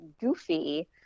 goofy